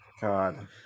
God